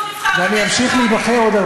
ובבית הזה, יש קריאות שיש עמן קלון?